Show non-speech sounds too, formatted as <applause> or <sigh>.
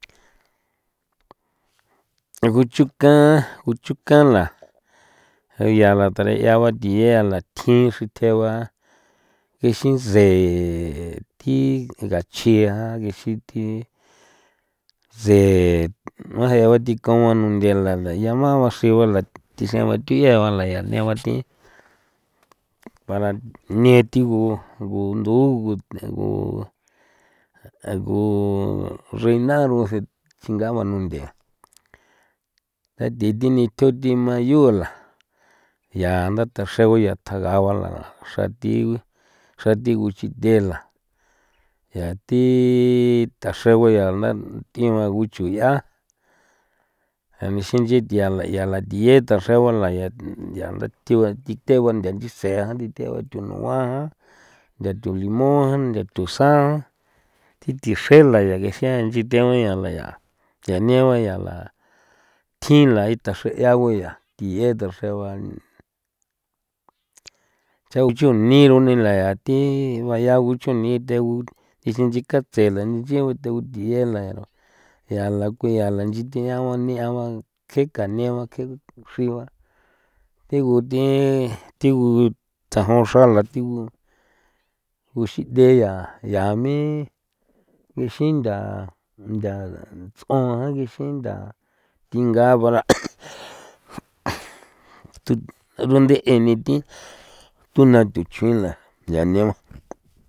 Nguchuka nguchuka la jaya la thara 'iaba thiye la a thji xriteba ixin se thi ngachia gixin thi se nua bathikua nunthela llamaba xigu la tiseba thu'ie ba la neaba thi para nii thigu gundu guu reina rusen chingabana nunthe a thi thi nithu thimayu la ia ntha taxego ya thjagaba la uxrathi xrathi guxithe la <noise> ya thi thaxeguea la ya thi maguchu 'ia a nixinyi thiala yala thiye thaxegua laya ya thiegua ntha nchisea nthithe thunua <noise> nthathu limon <noise> nthathu san thi thixela ya ngejian yin thiela yala ya negua yala tjinla ithaxree a guya <noise> thie ndaxreua chago chuni runila ya thi baya guchuni the gu nixinchi katse la nchigu thegu thiela ero yala ku yala nchi thiau niaua ke ka neba ke uxiba thigu thigu tsajon xrala thigu gu xinthe ya ya ya mi mixin ntha ntha ts'oan gixin ntha thinga bala <noise> thu ero nthe'e ni thi <noise> thuna nthu chjuin la ya negua.